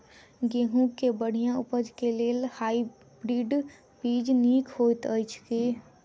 गेंहूँ केँ बढ़िया उपज केँ लेल हाइब्रिड बीज नीक हएत अछि की?